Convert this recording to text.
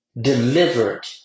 delivered